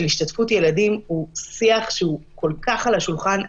השתתפות ילדים הוא שיח שהוא כל כך על השולחן.